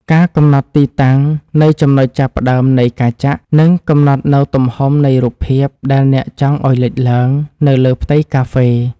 ការកំណត់ទីតាំងនៃចំណុចចាប់ផ្តើមនៃការចាក់ នឹងកំណត់នូវទំហំនៃរូបភាពដែលអ្នកចង់ឱ្យលេចឡើងនៅលើផ្ទៃកាហ្វេ។